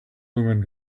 woman